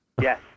Yes